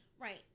Right